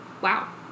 Wow